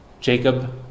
Jacob